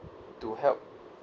to help